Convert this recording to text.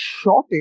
shorting